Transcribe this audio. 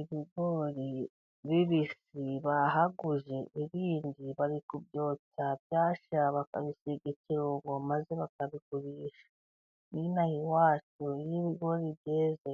Ibigori bibisi bahaguye, ibindi bari ku byotsa byashya bakabisiga ikirungo, maze bakabigurisha. N'inaha iwacu iyo ibigori byeze,